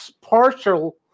partial